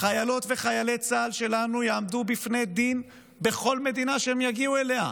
חיילות וחיילי צה"ל שלנו יעמדו בפני דין בכל מדינה שהם יגיעו אליה.